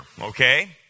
okay